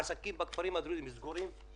העסקים בכפרים הדרוזיים סגורים,